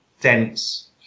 dense